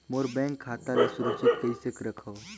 मोर bank खाता ला सुरक्षित कइसे रखव?